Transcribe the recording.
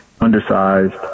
undersized